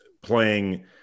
playing